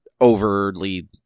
overly